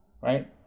Right